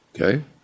Okay